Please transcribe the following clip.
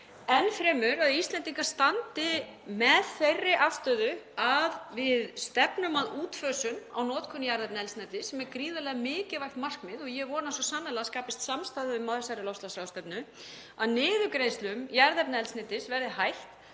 enn fremur að Íslendingar standi með þeirri afstöðu að við stefnum að útfösun á notkun jarðefnaeldsneytis, sem er gríðarlega mikilvægt markmið og ég vona svo sannarlega að það skapist samstaða um það á þessari loftslagsráðstefnu, að niðurgreiðslum jarðefnaeldsneytis verði hætt.